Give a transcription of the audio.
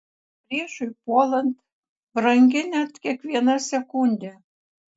priešui puolant brangi net kiekviena sekundė